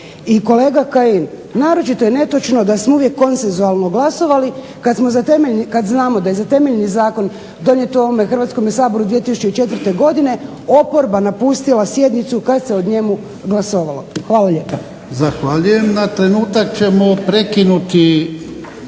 I kolega Kajin, naročito je netočno da smo uvijek konsensualno glasovali kada znamo da je za temeljni zakon donijet u ovome Hrvatskom saboru 2004. godine oporba napustila sjednicu kada se o njemu glasovalo. Hvala lijepa.